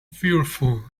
fearful